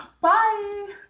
bye